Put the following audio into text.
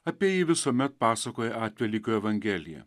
apie jį visuomet pasakoja atvelykio evangelija